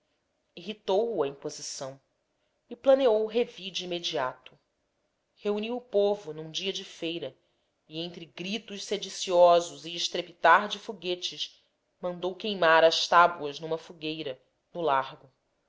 irritou o a imposição e planejou revide imediato reuniu o povo num dia de feira e entre gritos sediciosos e estrepitar de foguetes mandou queimar as tábuas numa fogueira no largo